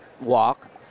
walk